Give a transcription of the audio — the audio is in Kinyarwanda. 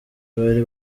bari